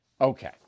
Okay